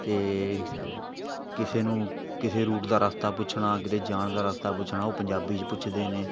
ਅਤੇ ਕਿਸੇ ਨੂੰ ਕਿਸੇ ਰੂਟ ਦਾ ਰਸਤਾ ਪੁੱਛਣਾ ਕਿਤੇ ਜਾਣ ਦਾ ਰਸਤਾ ਪੁੱਛਣਾ ਉਹ ਪੰਜਾਬੀ 'ਚ ਪੁੱਛਦੇ ਨੇ